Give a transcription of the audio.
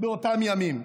באותם ימים.